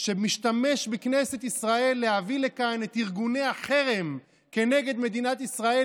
שמשתמש בכנסת ישראל להביא לכאן את ארגוני החרם נגד מדינת ישראל,